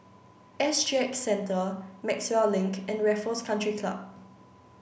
S G X Centre Maxwell Link and Raffles Country Club